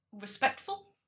respectful